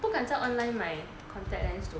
不敢在 online 买 contact lens though